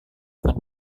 akan